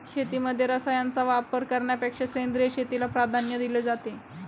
शेतीमध्ये रसायनांचा वापर करण्यापेक्षा सेंद्रिय शेतीला प्राधान्य दिले जाते